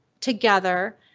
together